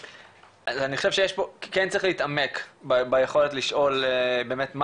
אני חושב שיש פה כן צריך להתעמק ביכולת לשאול באמת מה